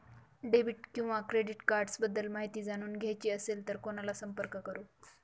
Debit किंवा credit cards बद्दल माहिती जाणून घ्यायची असेल तर कोणाला संपर्क करु?